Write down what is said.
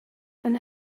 and